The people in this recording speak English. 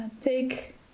take